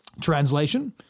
Translation